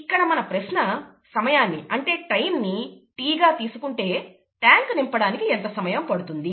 ఇక్కడ మన ప్రశ్న సమయాన్ని అంటే టైం నీ 't' గా తీసుకుంటే ట్యాంకు నింపడానికి ఎంత సమయం పడుతుంది